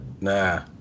nah